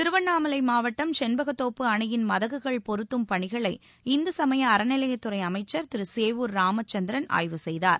திருவண்ணாமலை மாவட்டம் செண்பகத்தோப்பு அணையின் மதகுகள் பொருத்தும் பணிகளை இந்துசமய அறநிலையத்துறை அமைச்சர் திரு சேவூர் ராமச்சந்திரன் ஆய்வு செய்தார்